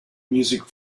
music